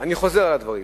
אני חוזר על הדברים,